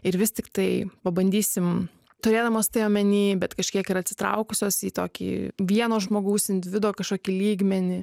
ir vis tiktai pabandysim turėdamos tai omeny bet kažkiek ir atsitraukusios į tokį vieno žmogaus individo kažkokį lygmenį